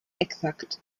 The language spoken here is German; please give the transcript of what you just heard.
exakt